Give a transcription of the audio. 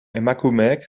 emakumeek